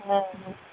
ହଁ ହଁ